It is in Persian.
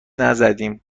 نزدیم